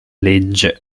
legge